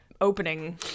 opening